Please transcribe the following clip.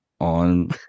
on